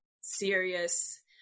serious